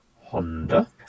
Honda